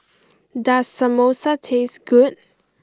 does Samosa taste good